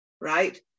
right